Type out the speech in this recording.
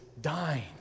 dying